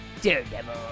Daredevil